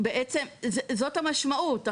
זאת המשמעות.